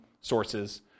sources